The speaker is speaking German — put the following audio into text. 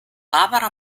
barbara